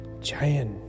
giant